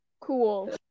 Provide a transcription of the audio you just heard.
cool